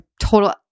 total